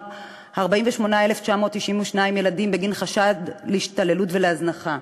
על 48,992 ילדים עם חשד להתעללות ולהזנחה.